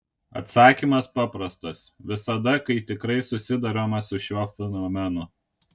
atsakymas paprastas visada kai tikrai susiduriama su šiuo fenomenu